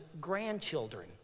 grandchildren